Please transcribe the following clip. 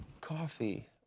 Coffee